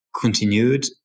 continued